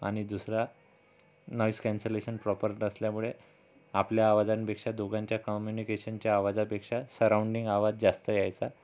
आनि दुसरा noise cancellation proper नसल्यामुळे आपल्या आवाजांपेक्षा दोघांच्या कम्युनिकेशनच्या आवाजापेक्षा सराउंडिंग आवाज जास्त यायचा